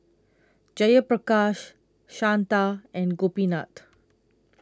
Jayaprakash Santha and Gopinath